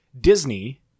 Disney